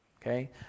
Okay